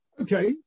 Okay